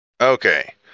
okay